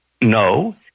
No